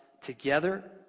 Together